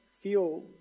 feel